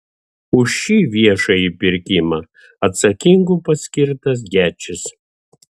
už šį viešąjį pirkimą atsakingu paskirtas gečis